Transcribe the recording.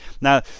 Now